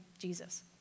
jesus